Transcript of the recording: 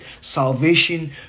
salvation